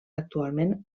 actualment